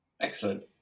Excellent